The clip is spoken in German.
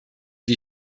die